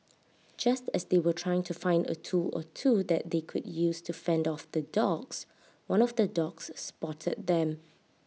just as they were trying to find A tool or two that they could use to fend off the dogs one of the dogs spotted them